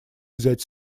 взять